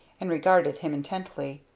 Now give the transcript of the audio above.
and regarded him intently.